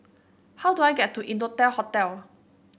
how do I get to Innotel Hotel